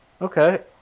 Okay